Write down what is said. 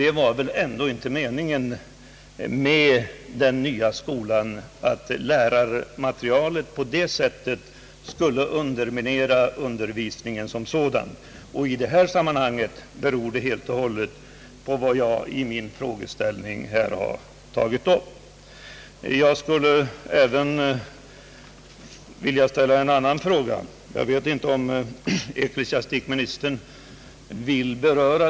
Det var väl ändå inte meningen att undervisningen i den nya skolan på detta sätt skulle undermineras av bristfälligt lärarmaterial. En av orsakerna till att vi har detta är helt och hållet de förhållanden som jag i min interpellation tagit upp. Jag skulle även vilja ställa en annan fråga beträffande ett ämnesområde, som jag inte vet om ecklesiastikministern vill beröra.